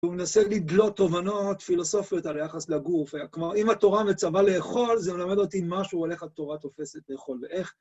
הוא מנסה לדלות תובנות פילוסופיות על יחס לגוף, כלומר, אם התורה מצווה לאכול, זה מלמד אותי משהו על איך התורה תופסת לאכול, ואיך...